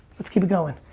let's keep it going.